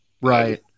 Right